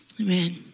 Amen